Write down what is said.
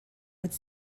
would